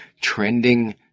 trending